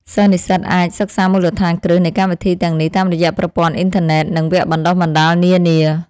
សិស្សនិស្សិតអាចសិក្សាមូលដ្ឋានគ្រឹះនៃកម្មវិធីទាំងនេះតាមរយៈប្រព័ន្ធអ៊ីនធឺណិត និង វគ្គបណ្ដុះបណ្ដាលនានា។